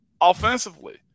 Offensively